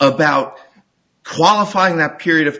about qualifying that period of